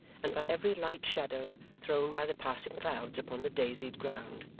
and by every light shadow thrown by the passing clouds upon the daisied ground.